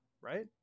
Right